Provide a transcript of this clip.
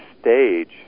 stage